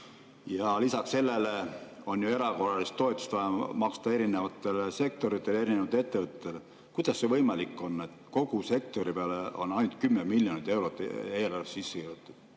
Ja lisaks sellele on ju erakorralist toetust vaja maksta erinevatele sektoritele, erinevatele ettevõtetele. Kuidas see võimalik on, et kogu sektori peale on ainult 10 miljonit eurot eelarvesse kirjutatud?